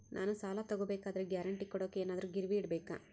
ನಾನು ಸಾಲ ತಗೋಬೇಕಾದರೆ ಗ್ಯಾರಂಟಿ ಕೊಡೋಕೆ ಏನಾದ್ರೂ ಗಿರಿವಿ ಇಡಬೇಕಾ?